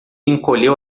encolheu